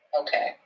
Okay